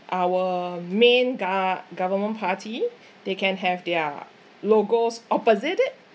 our main gov~ government party they can have their logos opposite it